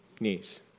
knees